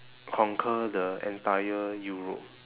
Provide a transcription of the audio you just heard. conquer the entire europe